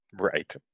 Right